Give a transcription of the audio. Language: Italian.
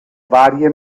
varie